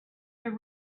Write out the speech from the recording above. but